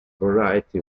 variety